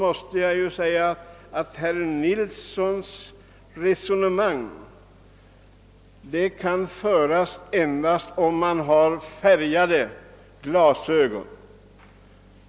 Herr Nilssons i Agnäs resonemang kan föras endast om man har färgade glasögon.